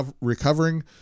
recovering